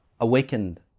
awakened